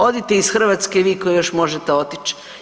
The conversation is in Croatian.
Odite iz Hrvatske i vi koji još možete otići.